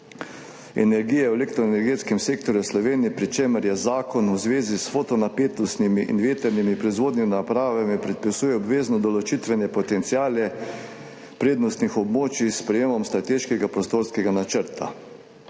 energije v elektroenergetskem sektorju Slovenije, pri čemer zakon v zvezi s fotonapetostnimi in vetrnimi proizvodnimi napravami predpisuje obvezne določitvene potenciale prednostnih območij s sprejetjem strateškega prostorskega načrta